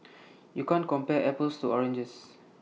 you can't compare apples to oranges